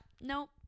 nope